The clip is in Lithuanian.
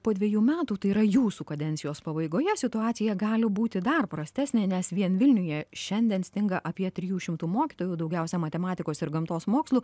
po dviejų metų tai yra jūsų kadencijos pabaigoje situacija gali būti dar prastesnė nes vien vilniuje šiandien stinga apie trijų šimtų mokytojų daugiausia matematikos ir gamtos mokslų